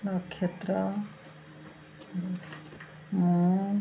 ନକ୍ଷତ୍ର ମୁଁ